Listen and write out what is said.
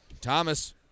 Thomas